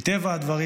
מטבע הדברים,